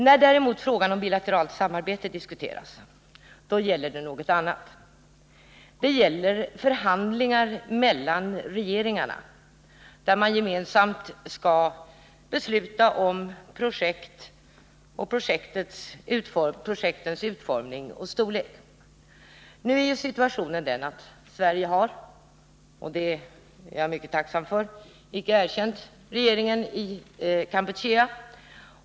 När däremot frågan om bilateralt samarbete diskuteras gäller det något annat, nämligen förhandlingar mellan regeringarna, varvid man gemensamt skall besluta om projekt och projektens utformning och storlek. Nu är situationen den att Sverige har — och det är jag mycket tacksam för — icke erkänt regeringen i Kampuchea.